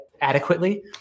adequately